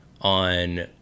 on